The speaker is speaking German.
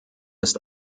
ist